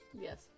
Yes